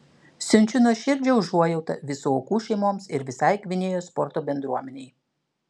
siunčiu nuoširdžią užuojautą visų aukų šeimoms ir visai gvinėjos sporto bendruomenei